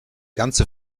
ganze